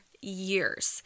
years